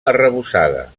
arrebossada